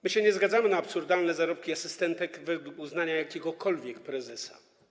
My się nie zgadzamy na absurdalne zarobki asystentek, ustalane według uznania jakiegokolwiek prezesa.